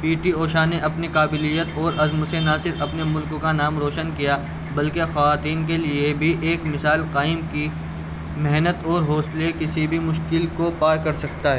پی ٹی اوشا نے اپنی قابلیت اور عزم سے نہ صرف اپنے ملک کا نام روشن کیا بلکہ خواتین کے لیے بھی ایک مثال قائم کی محنت اور حوصلے کسی بھی مشکل کو پار کر سکتا ہے